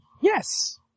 Yes